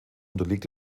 unterliegt